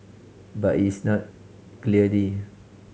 but is not clearly